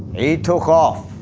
he took off.